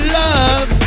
love